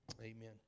Amen